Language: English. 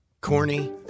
corny